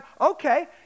okay